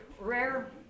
Rare